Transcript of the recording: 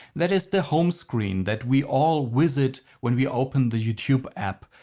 that is the home screen that we all visit when we open the youtube app,